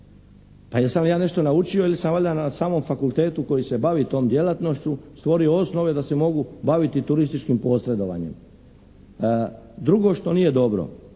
Pa jesam li ja nešto naučio ili sam valjda na samom fakultetu koji se bavi tom djelatnošću stvorio osnovu da se mogu baviti turističkim posredovanjem? Drugo što nije dobro.